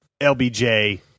LBJ